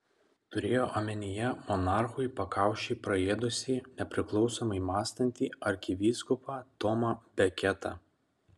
turėjo omenyje monarchui pakaušį praėdusį nepriklausomai mąstantį arkivyskupą tomą beketą